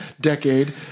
decade